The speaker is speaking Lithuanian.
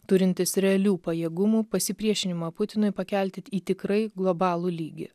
turintis realių pajėgumų pasipriešinimą putinui pakelti į tikrai globalų lygį